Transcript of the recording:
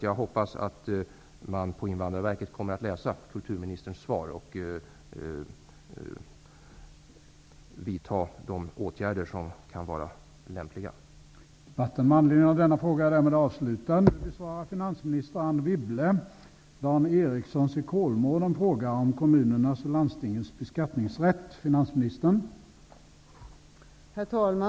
Jag hoppas att man på Invandrarverket kommer att läsa kulturministerns svar och vidta de åtgärder som kan vara lämpliga.